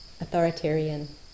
authoritarian